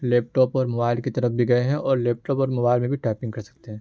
لیپ top اور mobile کی طرف بھی گئے ہیں اور لیپ ٹاپ اور موبائل میں بھی ٹائپنگ کر سکتے ہیں